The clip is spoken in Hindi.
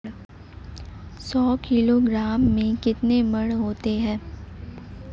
सौ किलोग्राम में कितने मण होते हैं?